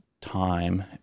time